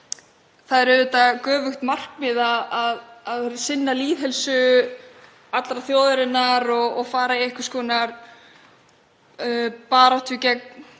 Það er auðvitað göfugt markmið að sinna lýðheilsu allrar þjóðarinnar og fara í einhvers konar baráttu gegn